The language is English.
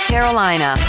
Carolina